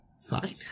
Fine